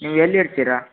ನೀವು ಎಲ್ಲಿರ್ತೀರ